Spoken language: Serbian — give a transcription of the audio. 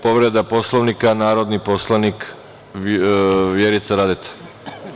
Povreda Poslovnika, narodni poslanik Vjerica Radeta.